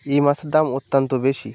এই মাছের দাম অত্যন্ত বেশি